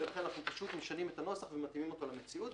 לכן אנחנו פשוט משנים את הנוסח ומתאימים אותו למציאות.